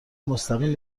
مستقیم